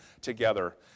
together